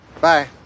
Bye